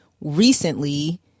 Recently